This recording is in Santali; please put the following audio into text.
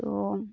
ᱛᱳ